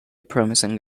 promising